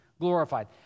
glorified